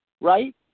right